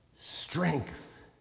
strength